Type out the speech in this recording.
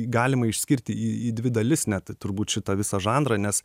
galima išskirti į į dvi dalis net turbūt šitą visą žanrą nes